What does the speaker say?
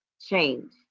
change